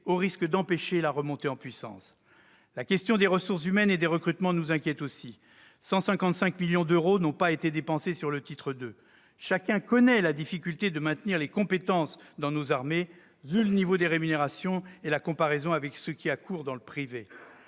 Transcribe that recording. au risque d'empêcher la remontée en puissance. La question des ressources humaines et des recrutements nous inquiète aussi : quelque 155 millions d'euros n'ont pas été dépensés sur le titre 2 cette année. Chacun connaît la difficulté de maintenir les compétences dans nos armées, vu le niveau des rémunérations et la comparaison avec ce qui a cours dans le